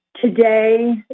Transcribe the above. Today